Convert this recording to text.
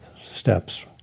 steps